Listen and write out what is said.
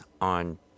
on